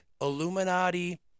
Illuminati